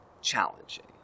challenging